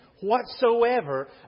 whatsoever